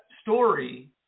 story